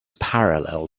parallel